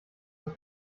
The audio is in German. aus